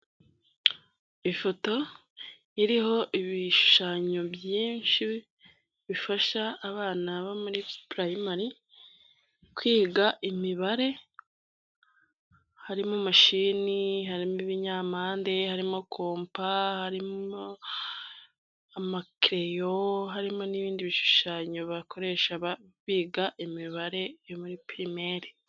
Ifoto iriho ibishushanyo byinshi bifasha abana bo muri purayimari kwiga imibare, harimo mashini harimo ibinyampande, harimo kompa, harimo amakereyo, harimo n'ibindi bishushanyo bakoresha biga imibare yo muri pirimeri.